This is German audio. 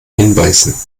hinweisen